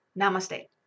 namaste